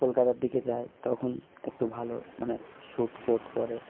কলকাতার দিকে যায় তখন একটু ভালো মানে সুট কোট পরে